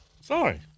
Sorry